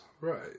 Right